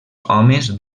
homes